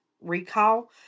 recall